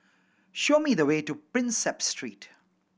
show me the way to Prinsep Street